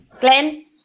Glenn